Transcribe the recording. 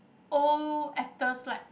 old actors like